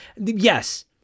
Yes